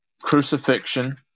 crucifixion